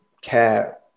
care